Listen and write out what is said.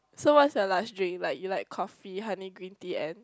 so what's your last drink like you like coffee honey green tea and